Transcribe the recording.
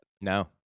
No